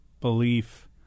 belief